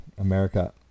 America